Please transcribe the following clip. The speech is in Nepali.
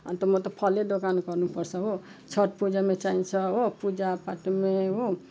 अन्त म त फलै दोकान गर्नुपर्छ हो छटपूजामा चाहिन्छ हो पूजापाठमा हो